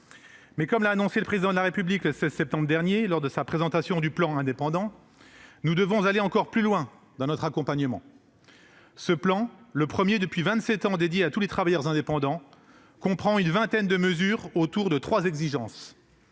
Mais, comme l'a annoncé le Président de la République le 16 septembre dernier, lors de sa présentation du plan Indépendants, nous devons aller encore plus loin dans l'accompagnement. Ce plan, le premier élaboré depuis vingt-sept ans à l'intention de tous les travailleurs indépendants, comprend une vingtaine de mesures organisées autour de trois exigences